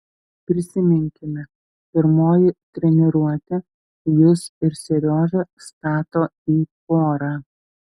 prisiminkime pirmoji treniruotė jus ir seriožą stato į porą